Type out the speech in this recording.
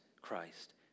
Christ